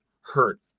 hurt